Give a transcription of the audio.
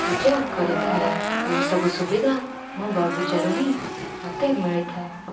ପୂଜା କରିଥାଏ ଏସବୁ ସୁବିଧା ମୋ ବଗିଚାରୁ ହିଁ ମୋତେ ମିଳିଥାଏ